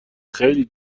خیلی